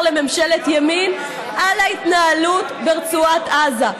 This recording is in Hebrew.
לממשלת ימין על ההתנהלות ברצועת עזה.